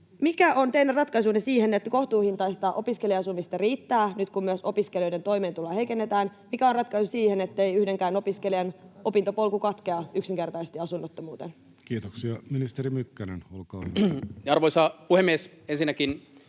Mikä on teidän ratkaisunne siihen, että kohtuuhintaista opiskelija-asumista riittää nyt, kun myös opiskelijoiden toimeentuloa heikennetään? Mikä on ratkaisu siihen, ettei yhdenkään opiskelijan opintopolku katkea yksinkertaisesti asunnottomuuteen? [Speech 413] Speaker: Jussi